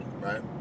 right